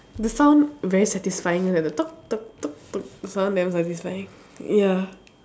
the sound very satisfying like the sound damn satisfying ya